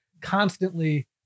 constantly